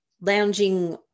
lounging